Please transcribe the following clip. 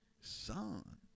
Son